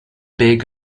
big